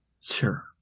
Sure